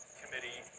committee